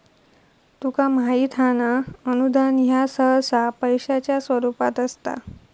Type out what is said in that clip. तुका माहित हां ना, अनुदान ह्या सहसा पैशाच्या स्वरूपात असता